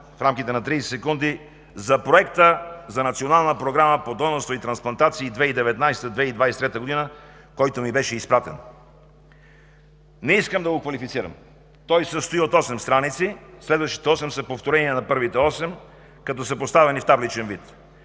в рамките на 30 секунди за Проекта за Национална програма по донорство и трансплантации 2019 – 2023 г., който ми беше изпратен. Не искам да го квалифицирам. Той се състои от осем страници, следващите осем са повторение на първите осем, като са поставени в табличен вид.